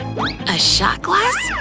a shot glass?